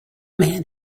man